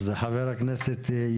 אני מבין שצריך למגר את התופעה וכפועל